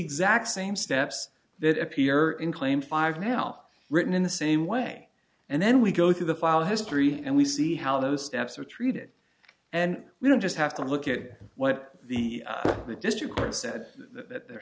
exact same steps that appear in claim five now written in the same way and then we go through the file history and we see how those steps are treated and we don't just have to look at what the the district